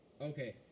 Okay